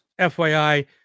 fyi